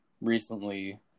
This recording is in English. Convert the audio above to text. recently